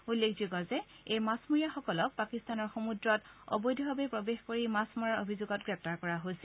উল্লেখযোগ্য যে এই মাছমৰীয়াসকলক পাকিস্তানৰ সমূদ্ৰত অবৈধভাৱে প্ৰৱেশ কৰি মাছ মৰাৰ অভিযোগত গ্ৰেপ্তাৰ কৰা হৈছিল